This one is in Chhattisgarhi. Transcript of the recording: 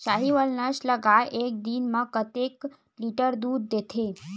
साहीवल नस्ल गाय एक दिन म कतेक लीटर दूध देथे?